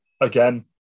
again